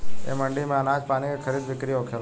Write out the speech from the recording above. ए मंडी में आनाज पानी के खरीद बिक्री होखेला